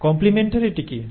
complementarity কী